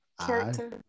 character